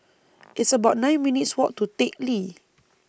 It's about nine minutes' Walk to Teck Lee